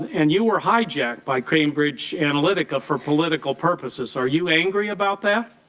and you were hijacked by cambridge analytica for political purposes, are you angry about that?